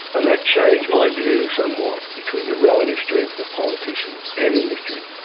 and that changed my view somewhat between the relative strength of politicians and industry.